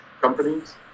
companies